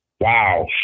Wow